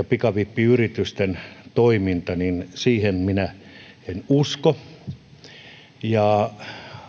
pikavippiyritysten toiminnan siihen minä en usko ja